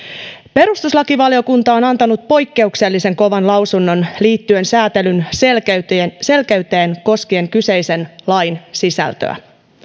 perustuslakivaliokunta on antanut poikkeuksellisen kovan lausunnon liittyen sääntelyn selkeyteen selkeyteen koskien kyseisen lain sisältöä